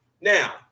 now